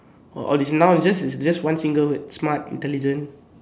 all these nouns is just is just one single word smart intelligent